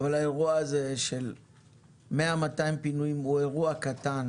אבל האירוע הזה של מאה מאתיים פינויים הוא אירוע קטן,